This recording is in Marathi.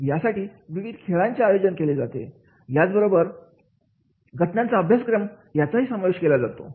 यासाठी विविध खेळांचे आयोजन केले जाते याचबरोबर घटनांच्या अभ्यासक्रमातही समावेश केला जातो